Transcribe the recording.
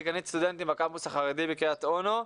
דיקנית סטודנטים בקמפוס החרדי בקרית אונו.